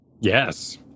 Yes